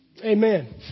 Amen